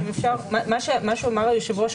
מה שאמר היושב-ראש,